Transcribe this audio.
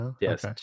Yes